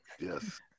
Yes